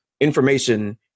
information